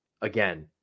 again